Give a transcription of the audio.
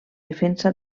defensa